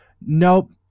Nope